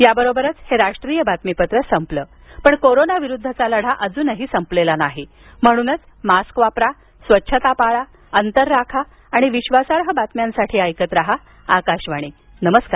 याबरोबरच हे राष्ट्रीय बातमीपत्र संपलं पण कोरोनाविरुद्धचा लढा अजून संपलेला नाही म्हणूनच मास्क वापरा स्वच्छता पाळा अंतर राखा आणि विश्वासार्ह बातम्यांसाठी ऐकत रहा आकाशवाणी नमस्कार